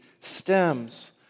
stems